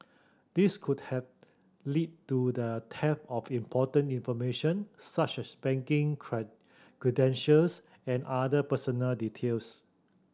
this could has lead to the theft of important information such as banking cry credentials and other personal details